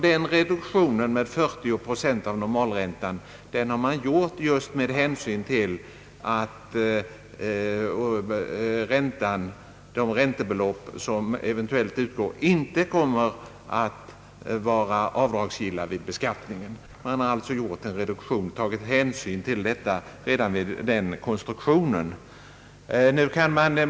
Denna reduktion med 40 procent av normalräntan har man gjort just av hänsyn till att det räntebelopp, för vilket vederbörande eventuellt blir betalningsskyldig, inte medför någon avdragsrätt, vid beskattningen. Man har alltså tagit hänsyn till detta redan vid konstruktionen av återbetalningsreglerna.